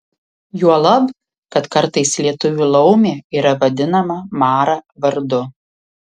juolab kad kartais lietuvių laumė yra vadinama mara vardu